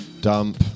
dump